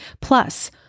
Plus